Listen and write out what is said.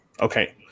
Okay